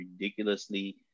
ridiculously